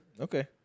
Okay